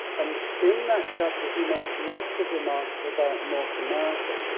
and in that chapter he makes lots of remarks about north america.